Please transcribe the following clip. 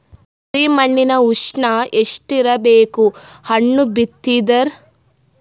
ಕರಿ ಮಣ್ಣಿನ ಉಷ್ಣ ಎಷ್ಟ ಇರಬೇಕು ಹಣ್ಣು ಬಿತ್ತಿದರ?